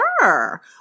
sure